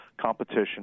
competition